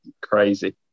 crazy